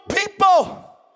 people